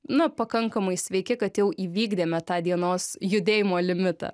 na pakankamai sveiki kad jau įvykdėme tą dienos judėjimo limitą